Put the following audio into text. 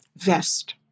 vest